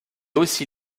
aussi